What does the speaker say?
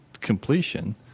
completion